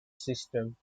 system